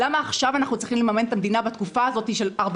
למה בתקופה הזאת אנחנו צריכים לממן את